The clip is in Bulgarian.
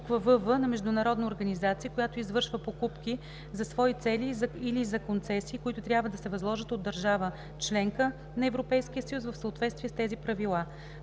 вв) на международна организация, която извършва покупки за свои цели, или за концесии, които трябва да се възложат от държава – членка на Европейския съюз, в съответствие с тези правила;